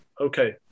okay